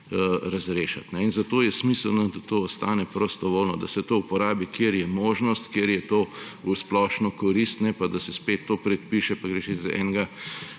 razrešiti in zato je smiselno, da to ostane prostovoljno, da se to uporabi, kjer je možnost, kjer je to v splošno korist, ne pa da se spet to predpiše, pa greš iz ene